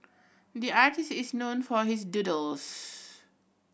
the artist is known for his doodles